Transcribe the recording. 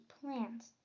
plants